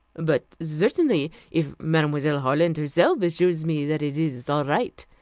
but certainly, if mademoiselle harland herself assures me that it is all right,